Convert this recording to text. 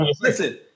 listen